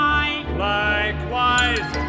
Likewise